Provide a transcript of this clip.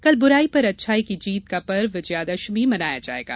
कल बुराई पर अच्छाई की जीत का पर्व विजयादशमी मनाया जायेगा